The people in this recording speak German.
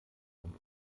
und